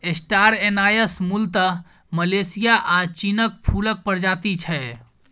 star anise मुलतः Malaysia आ चीनक फुलक प्रजाति छै